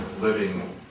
living